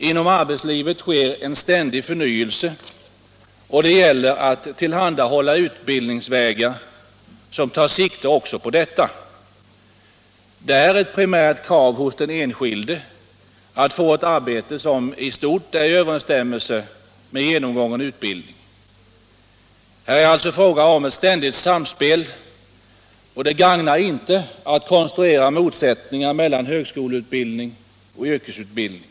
Inom arbetslivet sker en ständig förnyelse, och det gäller att tillhandahålla utbildningsvägar som tar sikte också på detta. Det är ett primärt krav hos den enskilde att få ett arbete som i stort sett står i överensstämmelse med genomgången utbildning. Här är det alltså fråga om ett ständigt samspel. Det gagnar inte att konstruera motsättningar mellan högskoleutbildning och yrkesutbildning.